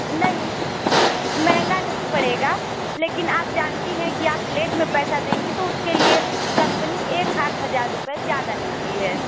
नहीं महंगा नहीं पड़ेगा लेकिन आप जानती हैं कि आप लेट में पैसा देंगी तो उसके लिए कम्पनी एक आख हज़ार रुपये ज़्यादा लेती है